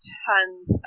tons